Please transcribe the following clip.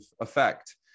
effect